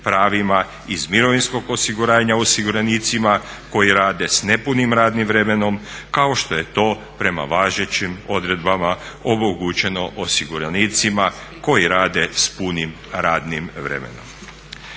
pravima iz mirovinskog osiguranja osiguranicima koji rade s nepunim radnim vremenom kao što je to prema važećim odredbama omogućeno osiguranicima koji rade s punim radnim vremenom.